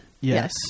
Yes